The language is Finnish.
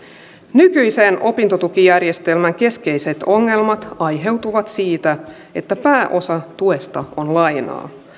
nykyisen opintotukijärjestelmän keskeiset ongelmat aiheutuvat siitä että pääosa tuesta on lainaa